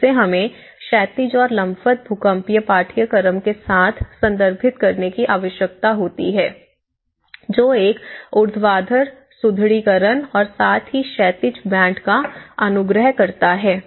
जिससे हमें क्षैतिज और लंबवत भूकंपीय पाठ्यक्रम के साथ संदर्भित करने की आवश्यकता होती है जो एक ऊर्ध्वाधर सुदृढीकरण और साथ ही क्षैतिज बैंड का अनुग्रह करता है